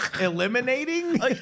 eliminating